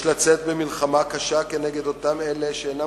יש לצאת במלחמה קשה כנגד אותם אלה שאינם